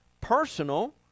personal